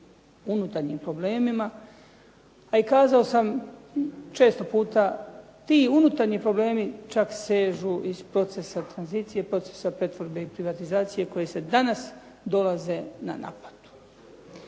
unutarnjim problemima, a i kazao sam često puta ti unutarnji problemi čak sežu iz procesa tranzicije, procesa pretvorbe i privatizacije koji danas dolaze na naplatu.